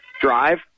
drive